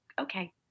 okay